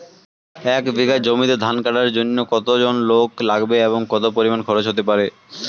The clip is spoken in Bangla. এক বিঘা জমিতে ধান কাটার জন্য কতজন লোক লাগবে এবং কত পরিমান খরচ হতে পারে?